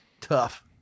tough